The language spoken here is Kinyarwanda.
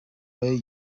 ray